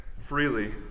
Freely